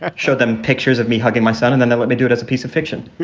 show them pictures of me hugging my son. and then they let me do it as a piece of fiction.